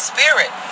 Spirit